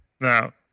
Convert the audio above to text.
Now